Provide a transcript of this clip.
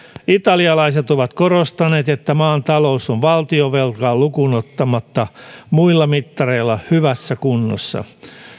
italialaiset ovat korostaneet että maan talous on valtionvelkaa lukuun ottamatta muilla mittareilla hyvässä kunnossa